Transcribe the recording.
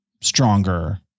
stronger